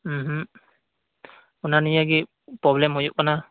ᱩᱸᱦᱩᱸᱜ ᱚᱱᱟ ᱱᱤᱭᱮ ᱜᱮ ᱯᱨᱚᱵᱞᱮᱢ ᱦᱩᱭᱩᱜ ᱠᱟᱱᱟ